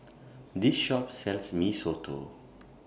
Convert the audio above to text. This Shop sells Mee Soto